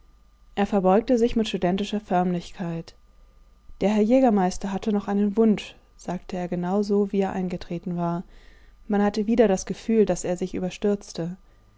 er verbeugte sich mit studentischer förmlichkeit der herr jägermeister hatte noch einen wunsch sagte er genau so wie er eingetreten war man hatte wieder das gefühl daß er sich